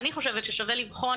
אני בכל